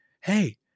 Hey